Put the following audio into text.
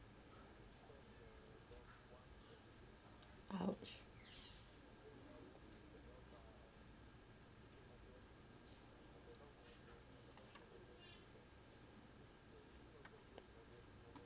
!ouch!